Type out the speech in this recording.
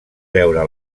veure